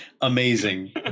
amazing